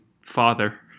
father